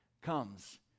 comes